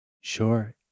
Sure